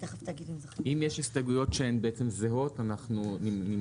אם יש הסתייגויות שהן זהות אנחנו נמחק.